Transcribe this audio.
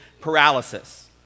paralysis